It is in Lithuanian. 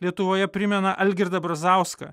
lietuvoje primena algirdą brazauską